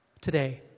today